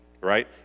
right